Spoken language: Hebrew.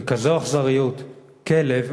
בכזאת אכזריות, כלב,